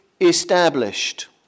established